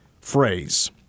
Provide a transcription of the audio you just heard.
phrase